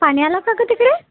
पाणी आलं का ग तिकडे